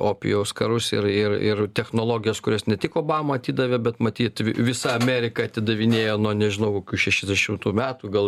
opijaus karus ir ir ir technologijas kurias ne tik obama atidavė bet matyt visa amerika atidavinėjo nuo nežinau šešiasdešimt metų gal